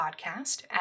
podcast